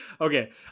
Okay